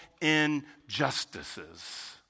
injustices